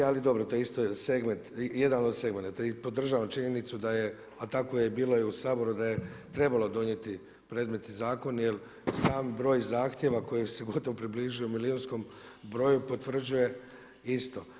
Ali dobro, to isto je segment, jedan od segmenata i podržavam činjenicu da je, a tako je bilo i u Saboru da je trebalo donijeti predmetni zakon jer sam broj zahtjeva koji se gotovo približio milijunskom broju potvrđuje isto.